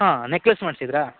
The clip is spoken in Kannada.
ಹಾಂ ನೆಕ್ಲೆಸ್ ಮಾಡಿಸಿದ್ರಾ